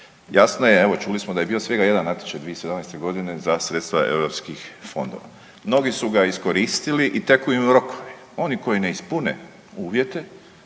jasno je, evo čuli smo da je bio svega jedan natječaj 2017.g. za sredstva europskih fondova. Mnogi su ga iskoristili i teku im rokovi. Oni koji ne ispune uvjete